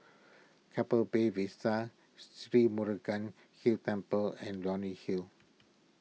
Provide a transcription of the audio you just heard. Keppel Bay Vista Sri Murugan Hill Temple and Leonie Hill